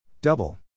Double